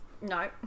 No